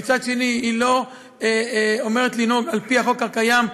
ומצד שני היא לא אומרת לנהוג על-פי החוק הקיים,